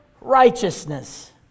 righteousness